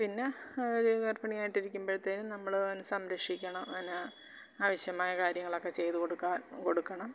പിന്നെ അവർ ഗർഭിണിയായിട്ടിരിക്കുമ്പോഴ്ത്തേനും നമ്മൾ സംരക്ഷിക്കണം അതിന് ആവശ്യമായ കാര്യങ്ങളൊക്കെ ചെയ്ത് കൊടുക്കാൻ കൊടുക്കണം